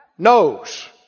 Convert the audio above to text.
Knows